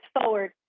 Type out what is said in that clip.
forward